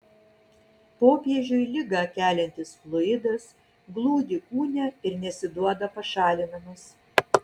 popiežiui ligą keliantis fluidas glūdi kūne ir nesiduoda pašalinamas